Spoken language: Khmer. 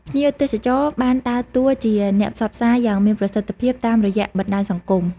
ភ្ញៀវទេសចរបានដើរតួជាអ្នកផ្សព្វផ្សាយយ៉ាងមានប្រសិទ្ធភាពតាមរយៈបណ្តាញសង្គម។